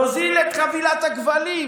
תוזיל את חבילת הכבלים.